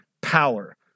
power